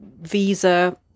visa